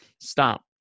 Stop